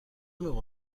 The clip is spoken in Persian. موقع